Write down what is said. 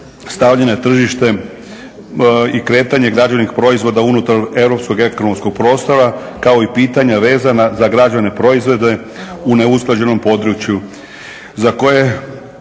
stavljanja na tržište i kretanje građevnih proizvoda unutar europskog ekonomskog prostora kao i pitanja vezana za građevne proizvode u neusklađenom području